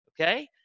Okay